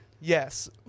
yes